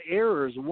errors